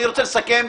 אני רוצה לסכם.